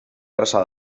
erraza